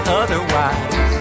otherwise